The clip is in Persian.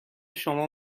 شما